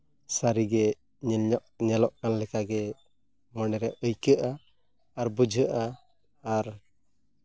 ᱥᱟᱹᱨᱤᱜᱮ ᱧᱮᱞᱚᱜ ᱠᱟᱱ ᱞᱮᱠᱟᱜᱮ ᱢᱚᱱᱮᱨᱮ ᱟᱹᱭᱠᱟᱹᱜᱼᱟ ᱟᱨ ᱵᱩᱡᱷᱟᱹᱜᱼᱟ ᱟᱨ